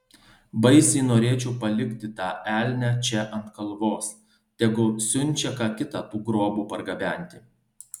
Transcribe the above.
baisiai norėčiau palikti tą elnią čia ant kalvos tegu siunčia ką kitą tų grobų pargabenti